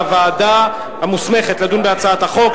והוועדה המוסמכת לדון בהצעת החוק,